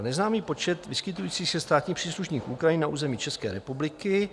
Neznámý počet vyskytujících se státních příslušníků Ukrajiny na území České republiky.